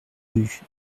rue